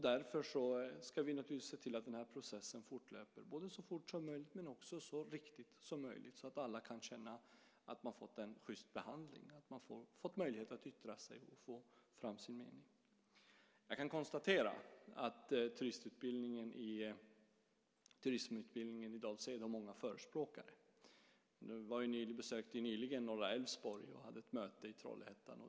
Därför ska vi naturligtvis se till att processen fortlöper så fort som möjligt men också så riktigt som möjligt så att alla kan känna att de har fått en sjyst behandling, att de har fått möjlighet att yttra sig och föra fram sin vilja. Jag kan konstatera att turismutbildningen i Dals Ed har många förespråkare. Jag besökte nyligen norra Älvsborg och hade ett möte i Trollhättan.